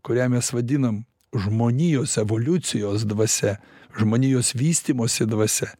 kurią mes vadinam žmonijos evoliucijos dvasia žmonijos vystymosi dvasia